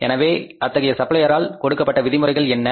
எனவே அத்தகைய சப்ளையர்ஆல் கொடுக்கப்பட்ட விதிமுறைகள் என்ன